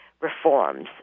reforms